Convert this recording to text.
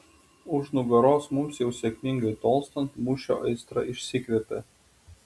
už nugaros mums jau sėkmingai tolstant mūšio aistra išsikvepia